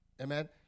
amen